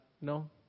No